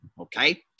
okay